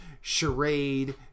Charade